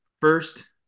first